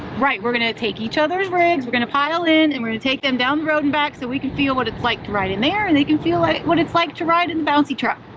right, we're gonna take each other's rigs, we're gonna pile in and we're gonna take them down the road and back, so we can feel what it's like to ride in there, and they can feel like what it's like to ride in the bouncy truck.